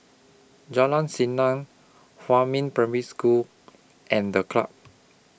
Jalan Senang Huamin Primary School and The Club